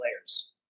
players